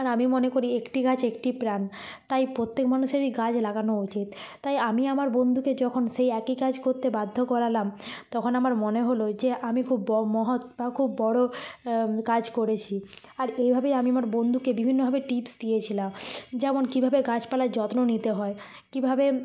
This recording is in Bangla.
আর আমি মনে করি একটি গাছ একটি প্রাণ তাই প্রত্যেক মানুষেরই গাছ লাগানো উচিত তাই আমি আমার বন্ধুকে যখন সেই একই কাজ করতে বাধ্য করালাম তখন আমার মনে হলো যে আমি খুব মহৎ বা খুব বড় কাজ করেছি আর এভাবেই আমি আমার বন্ধুকে বিভিন্নভাবে টিপস দিয়েছিলাম যেমন কীভাবে গাছপালার যত্ন নিতে হয় কীভাবে